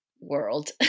world